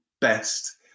best